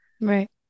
right